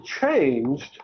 changed